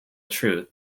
truth